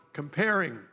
comparing